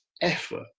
effort